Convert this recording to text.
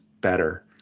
better